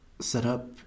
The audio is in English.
setup